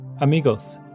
Amigos